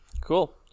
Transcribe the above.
Cool